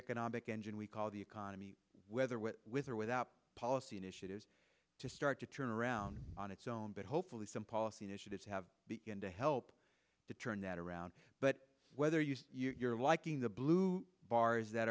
economic engine we call the economy whether we're with or without policy initiatives to start to turn around on its own but hopefully some policy initiatives have begin to help to turn that around but whether you say you're liking the blue bars that